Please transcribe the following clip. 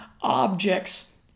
objects